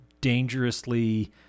dangerously